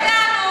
לא השתגענו.